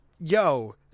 yo